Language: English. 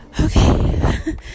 Okay